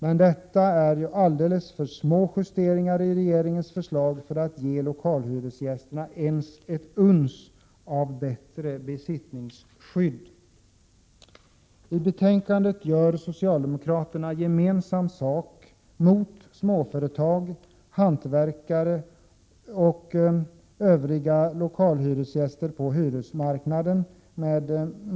Men detta är alldeles för små justeringar i regeringens förslag för att ge lokalhyresgästerna ens ett uns av bättre besittningsskydd. I betänkandet gör socialdemokraterna gemensam sak med moderaterna och folkpartiet mot småföretag, hantverkare och övriga lokalhyresgäster på hyresmarknaden.